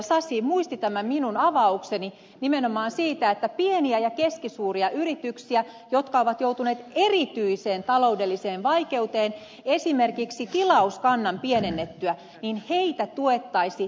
sasi muisti tämän minun avaukseni nimenomaan siitä että pieniä ja keskisuuria yrityksiä jotka ovat joutuneet erityisiin taloudellisiin vaikeuksiin esimerkiksi tilauskannan pienennyttyä tuettaisiin täsmätoimisesti